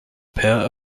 pair